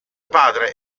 padre